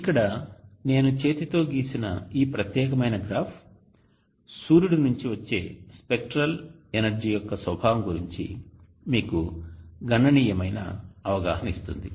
ఇక్కడ నేను చేతితో గీసిన ఈ ప్రత్యేకమైన గ్రాఫ్ సూర్యుడి నుండి వచ్చే స్పెక్ట్రల్ ఎనర్జీ యొక్క స్వభావం గురించి మీకు గణనీయమైన అవగాహన ఇస్తుంది